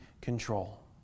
control